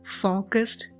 focused